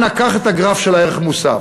אנא, קח את הגרף של הערך מוסף.